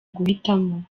guhitamo